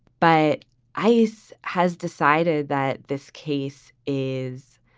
but ice has decided that this case is.